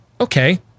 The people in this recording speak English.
Okay